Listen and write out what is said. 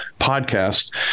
podcast